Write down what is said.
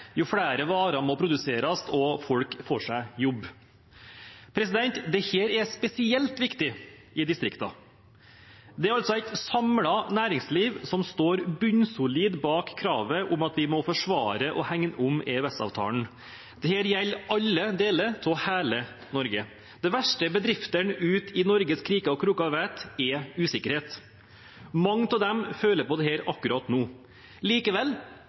jo flere varer må produseres, og folk får seg jobb. Dette er spesielt viktig i distriktene. Det er altså et samlet næringsliv som står bunnsolid bak kravet om at vi må forsvare og hegne om EØS-avtalen. Dette gjelder alle deler av hele Norge. Det verste bedriftene ute i Norges kriker og kroker vet, er usikkerhet. Mange av dem føler på dette akkurat nå. Likevel: